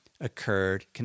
occurred